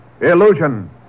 Illusion